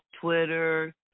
Twitter